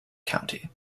county